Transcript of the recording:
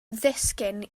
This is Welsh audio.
ddisgyn